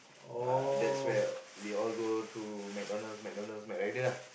ah that's where we all go through McDonald's McDonald's Mac rider ah